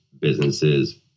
businesses